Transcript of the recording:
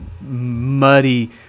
muddy